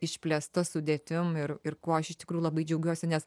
išplėsta sudėtim ir ir kuo aš iš tikrųjų labai džiaugiuosi nes